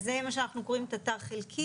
זה מה שאנחנו קוראים תט"ר חלקי.